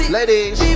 Ladies